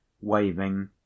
waving